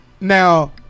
Now